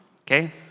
okay